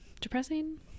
depressing